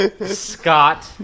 Scott